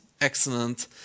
excellent